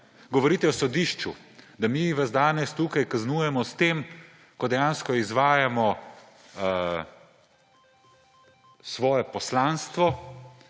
Govorite o sodišču, da mi vas danes tukaj kaznujemo s tem, ko dejansko izvajamo svoje poslanstvo